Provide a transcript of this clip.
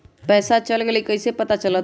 पैसा चल गयी कैसे पता चलत?